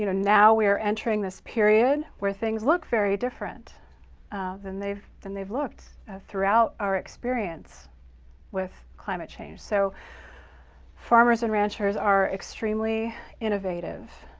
you know now we're entering this period where things look very different um than they've than they've looked throughout our experience with climate change. so farmers and ranchers are extremely innovative,